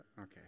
Okay